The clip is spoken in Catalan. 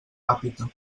ràpita